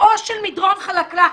שיאו של מדרון חלקלק.